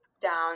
down